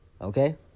Okay